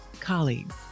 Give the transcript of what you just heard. colleagues